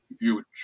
huge